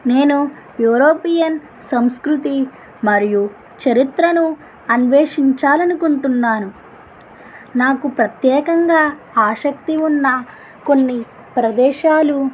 నేను యూరోపియన్ సంస్కృతి మరియు చరిత్రను అన్వేషించాలి అనుకుంటున్నాను నాకు ప్రత్యేకంగా ఆసక్తి ఉన్న కొన్ని ప్రదేశాలు